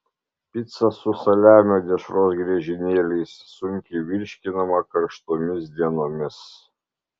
pica su saliamio dešros griežinėliais sunkiai virškinama karštomis dienomis